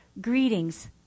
Greetings